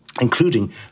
including